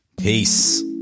Peace